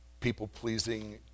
people-pleasing